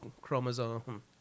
chromosome